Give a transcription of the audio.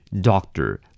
Doctor